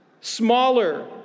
smaller